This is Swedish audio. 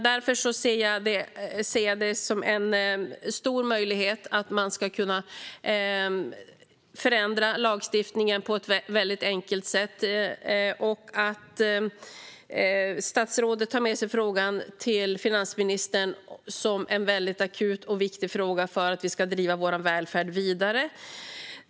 Därför ser jag det som en stor möjlighet att man ska kunna förändra lagstiftningen på ett väldigt enkelt sätt och att statsrådet tar med sig frågan till finansministern som en akut och viktig fråga när det gäller att vi ska driva vår välfärd vidare.